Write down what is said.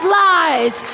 lies